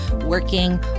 working